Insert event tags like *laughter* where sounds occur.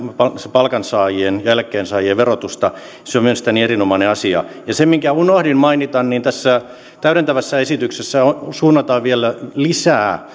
palkansaajien ja eläkkeensaajien verotusta se on mielestäni erinomainen asia ja se minkä unohdin mainita tässä täydentävässä esityksessä suunnataan vielä lisää *unintelligible*